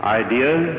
ideas